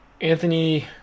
Anthony